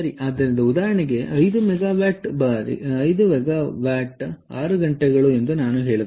ಆದ್ದರಿಂದ ಉದಾಹರಣೆ 5 ಮೆಗಾವ್ಯಾಟ್ ಬಾರಿ 6 ಗಂಟೆಗಳು ಎಂದು ನಾನು ಹೇಳುತ್ತೇನೆ